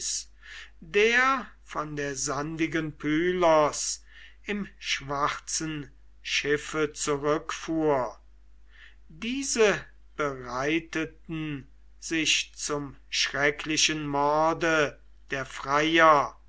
der von der sandigen pylos im schwarzen schiffe zurückfuhr diese bereiteten sich zum schrecklichen morde der freier